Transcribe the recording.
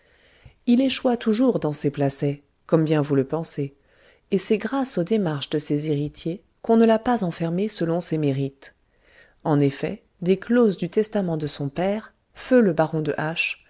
il échoua toujours dans ces placets comme bien vous le pensez et c'est grâce aux démarches de ses héritiers qu'on ne l'a pas enfermé selon ses mérites en effet des clauses du testament de son père feu le baron de